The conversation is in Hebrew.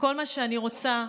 וכל מה שאני רוצה,